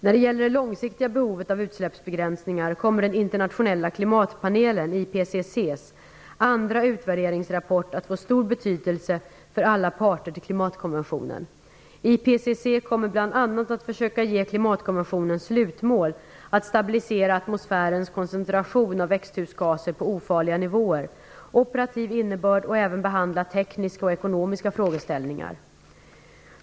När det gäller det långsiktiga behovet av utsläppsbegränsningar kommer den internationella klimatpanelens andra utvärderingsrapport att få stor betydelse för alla parter till klimatkonventionen. IPCC kommer bl.a. att försöka ge klimatkonventionens slutmål - att stabilisera atmosfärens koncentration av växthusgaser på ofarliga nivåer - operativ innebörd och även behandla tekniska och ekonomiska frågeställningar.